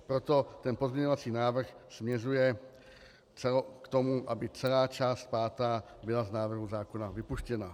Proto ten pozměňovací návrh směřuje k tomu, aby celá část pátá byla z návrhu zákona vypuštěna.